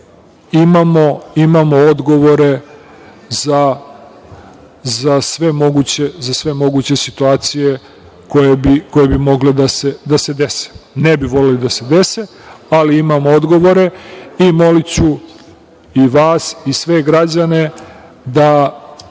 imamo odgovore za sve moguće situacije koje bi mogle da se dese. Ne bi voleli da se dese, ali imamo odgovore i moliću i vas i sve građane da